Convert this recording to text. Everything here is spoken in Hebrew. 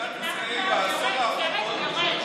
מדינת ישראל בעשור האחרון,